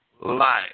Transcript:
life